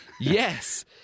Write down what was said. Yes